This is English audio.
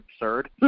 absurd